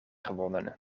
gewonnen